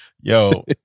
yo